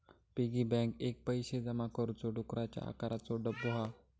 piggy bank एक पैशे जमा करुचो डुकराच्या आकाराचो डब्बो हा